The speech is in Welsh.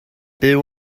byw